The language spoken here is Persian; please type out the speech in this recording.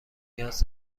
نیاز